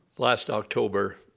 last october,